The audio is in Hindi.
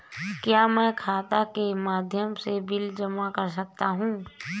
क्या मैं खाता के माध्यम से बिल जमा कर सकता हूँ?